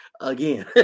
again